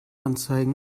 anzeigen